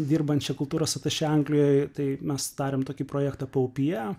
dirbančia kultūros atašė anglijoje tai mes darėm tokį projektą paupyje